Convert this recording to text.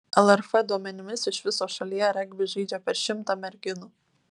lrf duomenimis iš viso šalyje regbį žaidžia per šimtą merginų